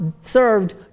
served